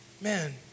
Man